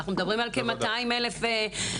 אנחנו מדברים על כ-200,000 נשים,